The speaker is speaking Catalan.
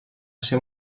ser